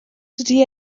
dydy